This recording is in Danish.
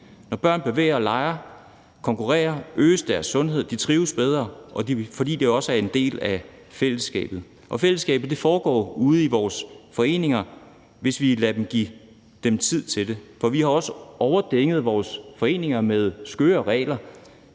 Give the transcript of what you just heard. Når børn bevæger sig og leger og konkurrerer, øges deres sundhed, og de trives bedre, fordi de også er en del af fællesskabet. Og fællesskabet foregår ude i vores foreninger, hvis vi giver dem tid til det. For vi har overdænget vores foreninger med skøre regler,